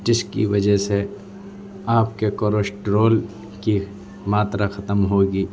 جس کی وجہ سے آپ کے کورشٹرول کی ماترا ختم ہوگی